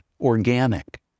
organic